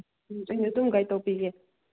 ꯎꯝ ꯑꯩꯅ ꯑꯗꯨꯝ ꯒꯥꯏꯠ ꯇꯧꯕꯤꯒꯦ